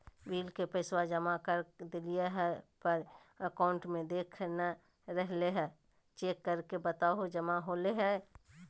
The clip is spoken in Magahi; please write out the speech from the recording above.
बिल के पैसा जमा कर देलियाय है पर अकाउंट में देखा नय रहले है, चेक करके बताहो जमा होले है?